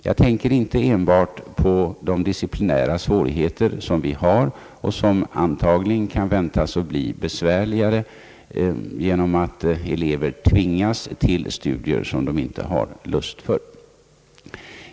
Jag tänker inte enbart på de disciplinära svårigheter, som vi har och som antagligen kan väntas bli besvärligare genom att elever tvingas till studier, som de inte har lust för.